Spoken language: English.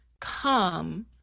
come